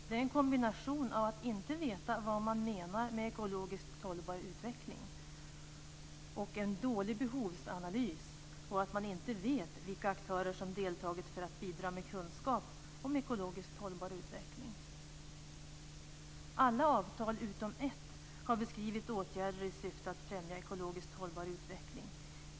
Det är en kombination av att inte veta vad man menar med ekologiskt hållbar utveckling, en dålig behovsanalys och att man inte vet vilka aktörer som har deltagit för att bidra med kunskap om ekologiskt hållbar utveckling. Alla avtal, utom ett, har beskrivit åtgärder i syfte att främja ekologiskt hållbar utveckling.